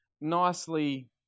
nicely